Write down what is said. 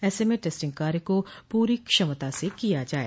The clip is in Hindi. ऐसे में टेस्टिंग कार्य को पूरी क्षमता से किया जाये